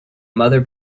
mother